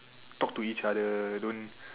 talk to each other don't